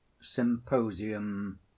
Symposium